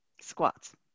Squats